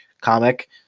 comic